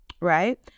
right